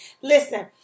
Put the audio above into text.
Listen